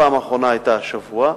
הפעם האחרונה היתה השבוע.